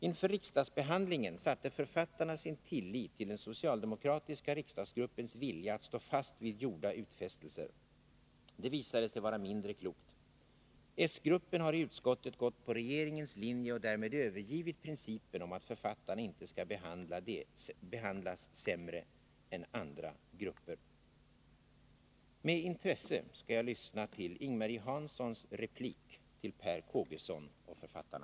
Inför riksdagsbehandlingen satte författarna sin tillit till den socialdemokratiska riksdagsgruppens vilja att stå fast vid gjorda utfästelser. Det visade sig vara mindre klokt. S-gruppen har i utskottet gått på regeringens linje och därmed övergivit principen om att författarna inte ska behandlas sämre än andra grupper.” Med intresse skall jag lyssna till Ing-Marie Hanssons replik till Per Kågeson och författarna.